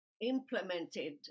implemented